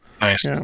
nice